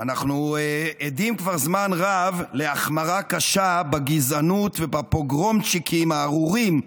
אנחנו עדים כבר זמן רב להחמרה קשה בגזענות ובפוגרומצ'יקים הארורים,